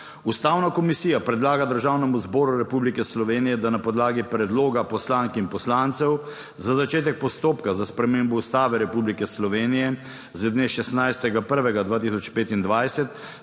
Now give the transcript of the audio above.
Ustavna komisija predlaga Državnemu zboru Republike Slovenije, da na podlagi predloga poslank in poslancev za začetek postopka za spremembo Ustave Republike Slovenije z dne 16. 1. 2025